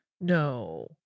No